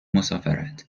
مسافرت